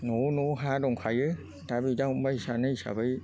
न'आव न'आव हाया दंखायो दा बिदा फंबाइ सानै हिसाबै